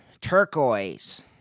Turquoise